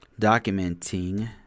documenting